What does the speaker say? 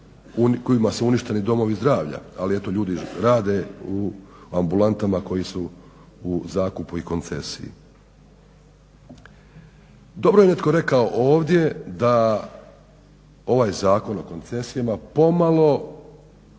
kojima su uništeni domovi zdravlja. Ali eto ljudi rade u ambulantama koje su u zakupu i koncesiji. Dobro je netko rekao ovdje da ovaj Zakon o koncesijama pomalo